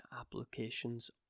applications